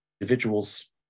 individual's